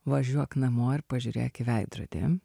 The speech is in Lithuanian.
važiuok namo ir pažiūrėk į veidrodį